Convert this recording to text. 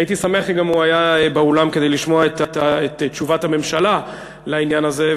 הייתי שמח אם הוא היה באולם כדי לשמוע את תשובת הממשלה בעניין הזה.